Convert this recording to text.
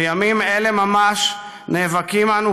בימים אלה ממש נאבקים אנו,